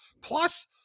Plus